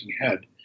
head